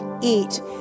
eat